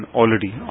already